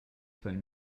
phone